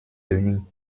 denis